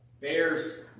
bears